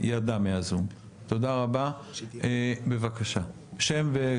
ירדה מהזום, תודה רבה בבקשה, שם?